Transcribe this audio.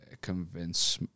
convince